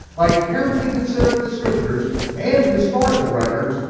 by carefully considering the scriptures and historical records,